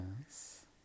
Yes